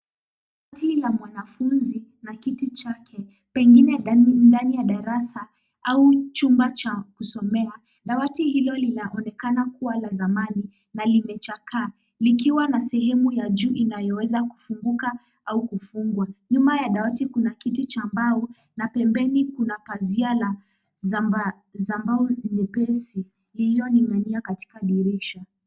Dawati la mwanafunzi na kiti chake pengine ndani ya darasa au chumba cha kusomewa. Dawati hilo linaonekana kuwa ya zamani na limechakaa, likiwa na sehemu ya juu inayoweza kufunguka au kufungwa. Nyuma ya dawati kuna kiti cha mbao na pembeni kuna pazia la zambarau nyepesi ilioning'inia katika dirisha.